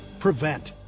prevent